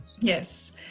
yes